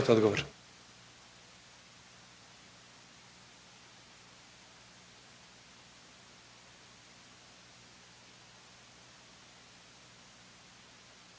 Hvala vam./…